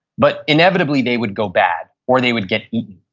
but inevitably they would go bad or they would get eaten.